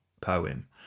poem